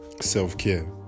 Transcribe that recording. self-care